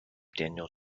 daniel